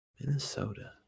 Minnesota